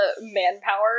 manpower